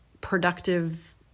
productive